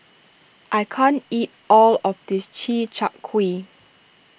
I can't eat all of this Chi Kak Kuih